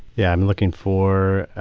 yeah i'm looking for